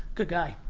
good guy.